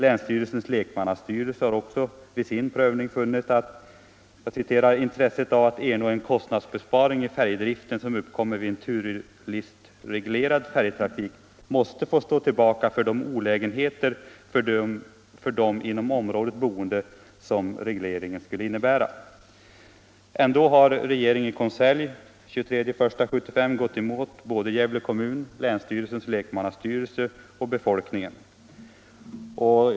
Länsstyrelsens lekmannastyrelse har också vid sin prövning av ärendet funnit ”att intresset av att ernå en kostnadsbesparing i färjdriften, som uppkommer vid en turlistreglerad färjtrafik måste få stå tillbaka för de olägenheter för de inom området boende, som den ifrågasatta regleringen skulle innebära”. Ändå har regeringen vid sitt sammanträde den 23 januari 1975 gått emot Gävle kommun, länsstyrelsens lekmannastyrelse och befolkningen.